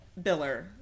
Biller